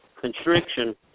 constriction